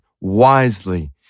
wisely